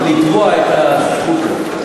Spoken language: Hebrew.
לתבוע את הזכות.